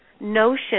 notion